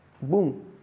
Boom